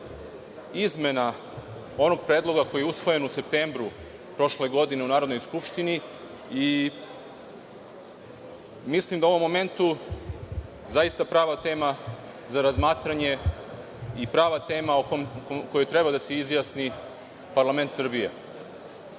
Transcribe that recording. izmena onog predloga koji je usvojen u septembru prošle godine u Narodnoj skupštini. Mislim da je on u ovom momentu zaista prava tema za razmatranje i prava tema o kojoj treba da se izjasni parlament Srbije. Zakon